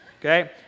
Okay